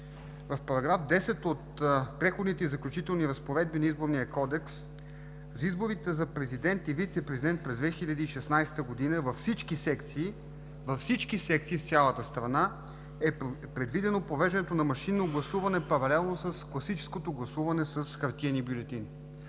В § 10 от Преходните и заключителните разпоредби на Изборния кодекс за изборите за президент и вицепрезидент през 2016 г. във всички секции в цялата страна е предвидено провеждането на машинно гласуване паралелно с класическото гласуване с хартиени бюлетини.